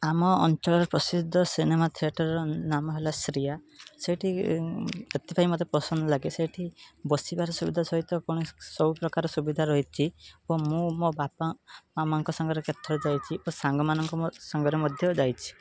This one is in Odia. ଆମ ଅଞ୍ଚଳରେ ପ୍ରସିଦ୍ଧ ସିନେମା ଥିଏଟର୍ର ନାମ ହେଲା ଶ୍ରୀୟା ସେଠିକି ସେଥିପାଇଁ ମୋତେ ପସନ୍ଦ ଲାଗେ ସେଠି ବସିବାରେ ସୁବିଧା ସହିତ କୌଣସି ସବୁ ପ୍ରକାର ସୁବିଧା ରହିଛି ଏବଂ ମୁଁ ମୋ ବାପା ମାମାଙ୍କ ସାଙ୍ଗରେ କେତେଥର ଯାଇଛି ଓ ସାଙ୍ଗମାନଙ୍କ ମ ସାଙ୍ଗରେ ମଧ୍ୟ ଯାଇଛି